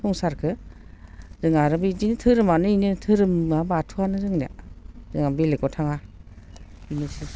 संसारखौ जों आरो बिदिनो धोरोमानो बेनो धोरोमा बाथौआनो जोंनिया आं बेलेगाव थाङा बेनोसै